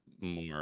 more